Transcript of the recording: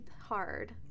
hard